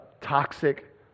toxic